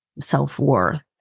self-worth